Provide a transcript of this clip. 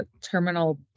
Terminal